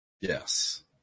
Yes